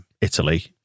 Italy